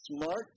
Smart